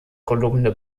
kolumne